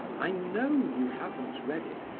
i know you haven't read it,